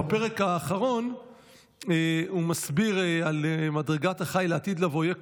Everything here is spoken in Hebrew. בפרק האחרון הוא מסביר על מדרגת החי לעתיד לבוא: "יהיה